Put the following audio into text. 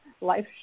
Life